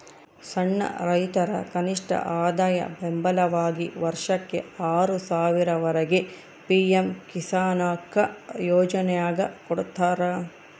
ಸಣ್ಣ ರೈತರ ಕನಿಷ್ಠಆದಾಯ ಬೆಂಬಲವಾಗಿ ವರ್ಷಕ್ಕೆ ಆರು ಸಾವಿರ ವರೆಗೆ ಪಿ ಎಂ ಕಿಸಾನ್ಕೊ ಯೋಜನ್ಯಾಗ ಕೊಡ್ತಾರ